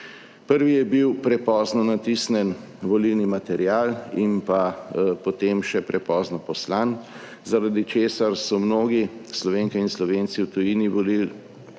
Prvi je bil prepozno natisnjen volilni material in pa potem še prepozno poslan, zaradi česar so mnogi Slovenke in Slovenci v tujini volilni